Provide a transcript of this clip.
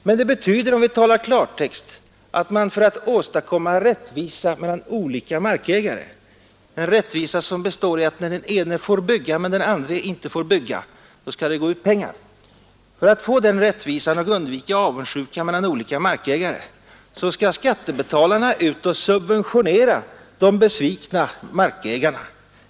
Men det betyder om vi talar klartext att för att åstadkomma rättvisa mellan olika markägare — en rättvisa som består i att när den ene får bygga men inte den andre skall det betalas ut pengar — så måste skattebetalarna för att undvika avundsjuka mellan olika markägare subventionera de besvikna markägarna.